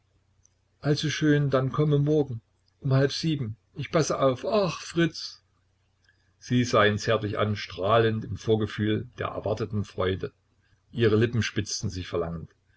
also schön dann komme morgen um halb sieben ich passe auf ach fritz sie sah ihn zärtlich an strahlend im vorgefühl der erwarteten freude ihre lippen spitzten sich verlangend